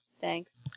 Thanks